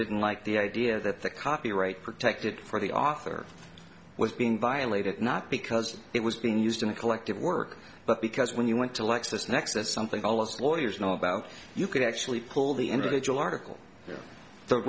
didn't like the idea that the copyright protected for the author was being violated not because it was being used in a collective work but because when you went to lexis nexis something all its lawyers know about you could actually pull the individual article the